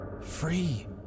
Free